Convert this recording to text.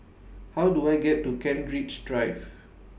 How Do I get to Kent Ridge Drive